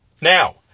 Now